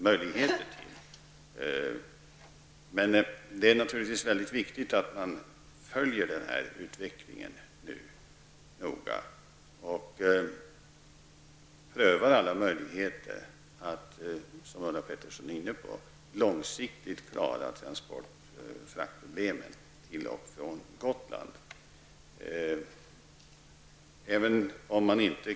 Men det är naturligtvis viktigt att man nu noga följer denna utveckling och prövar alla möjligheter att, som Ulla Pettersson är inne på, långsiktigt klara transport och fraktproblemen i trafiken till och från Gotland.